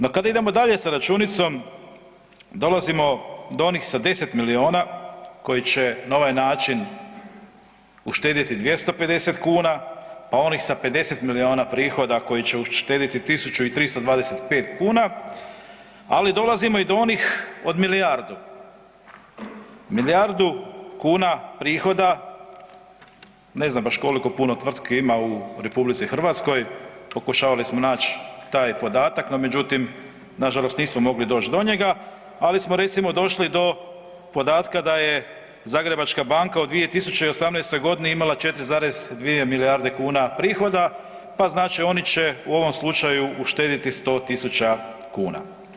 No kad idemo dalje s računicom dolazimo do onih sa 10 miliona koji će na ovaj način uštedjeti 250 kuna, pa oni sa 50 miliona prihoda koji će uštedjeti 1.325 kuna, ali dolazimo i do onih od milijardu, milijardu kuna prihoda ne znam baš koliko puno tvrtki ima u RH, pokušavali smo naći taj podatak no međutim nažalost nismo mogli doći do njega, ali smo recimo došli do podatka da je Zagrebačka banka u 2018. godini imala 4,2 milijarde kuna prihoda pa znači oni će u ovom slučaju uštedjeti 100.000 kuna.